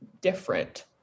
different